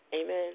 Amen